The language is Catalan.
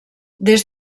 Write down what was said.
des